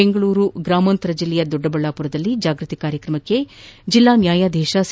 ಬೆಂಗಳೂರು ಗ್ರಾಮಾಂತರ ಜಿಲ್ಲೆಯ ದೊಡ್ಡಬಳ್ಳಾಪುರದಲ್ಲಿ ಜಾಗೃತಿ ಕಾರ್ಯಕ್ರಮಕ್ಕೆ ಜಿಲ್ಲಾ ನ್ಯಾಯಾಧೀಶ ಸಿ